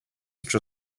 such